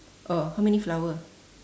oh how many flower